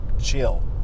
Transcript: chill